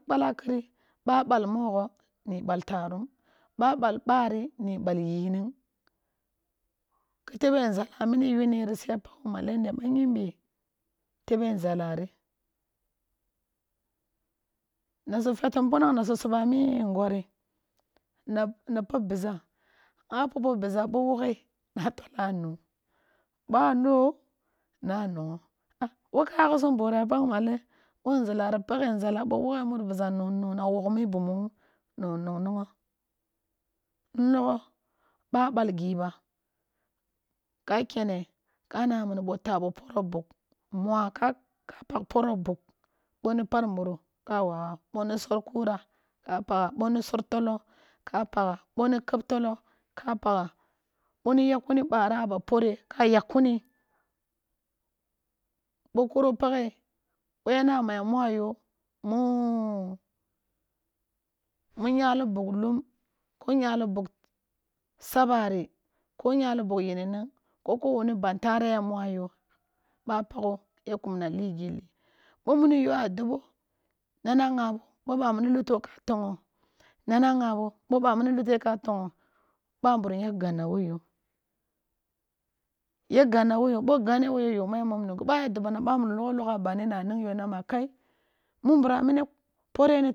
Kpalaki ba bal mọghọ ni ɓa ɓal mọghọ ni ɓal taarum, ɓa ɓal ɓari ni ɓal yining. Ki tebe nzala mini yuniri siya pagh malen de ɓa nyimbi? Tebe nzala ri. Na si fetti panang na si sub amii nnggọri, na- na pob bizza. Ba pebobizza ɓo wọghe na tọla nu, ɓa no na nu, a wo kaaghi sum boora? Bo nzala ri paghe nzala ɓo woghe mur bizza na nu na wọgh murn na nọngnọngọ n lọghọ ɓa ɓalgi ba, ka kyḛle ka mini ɓo ta abo pọrọ bugh mwaa ka kwayi pagh pọrọ bugh b oni par muru ka wawa, ɓo ni sọr kura ka pagha, ɓo ni keb tọlọ ka pagha, ɓo ni yagh kuni ɓa ra a ba pọre ka yagh kuni. Bo kuro paghe boy a na ma ya mwaa yo mu mur nyali bugh lum, ko nyali bugh sabari, ko nyali bugh yininig bo ko woni ɓan tare ɓa pagho ya kumna ligilli. Bo mini yo a dọbọ nana ng abo, ɓo ɓa mini lutto ka tọngọ nana ng abo, bo ɓa mii lutte ka tọngọ ɓamburum ya ganna wo yo, ya ganna wo yo, ọo ganne wo yo yo ma ya mọm nunggo ba ya dọbọ na ọamburum lọgha bandi na ning ma kai mun bra mini pọre ni.